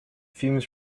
fumes